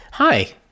Hi